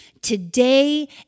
today